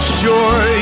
sure